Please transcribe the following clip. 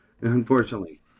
unfortunately